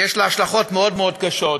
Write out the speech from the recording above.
שיש לה השלכות מאוד מאוד קשות,